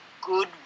good